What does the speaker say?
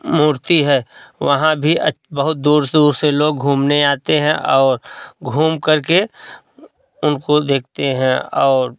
मूर्ती है वहाँ भी दूर दूर से लोग घूमने आते हैं घूम करके उनको देखते हैं और